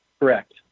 Correct